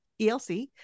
ELC